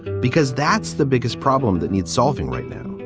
because that's the biggest problem that needs solving right then